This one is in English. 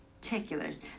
particulars